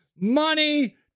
money